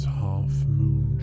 half-moon